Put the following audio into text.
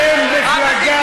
אל תטיף לי מוסר.